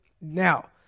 Now